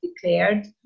declared